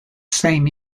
same